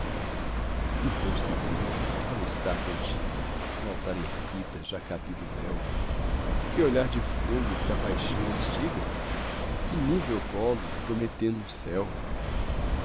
que rosto danjo qual estátua antiga no altar erguida já cabido o véu que olhar de fogo que a paixão instiga que níveo colo prometendo um céu